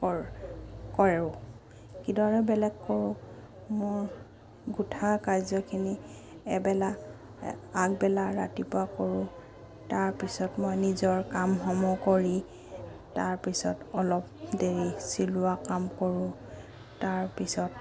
কৰ কৰোঁ কিদৰে বেলেগ কৰোঁ মোৰ গোঠা কাৰ্যখিনি এবেলা আগবেলা ৰাতিপুৱা কৰোঁ তাৰপিছত মই নিজৰ কামসমূহ কৰি তাৰপিছত অলপ দেৰি চিলোৱা কাম কৰোঁ তাৰপিছত